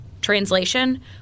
Translation